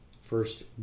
first